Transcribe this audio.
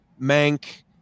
mank